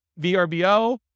VRBO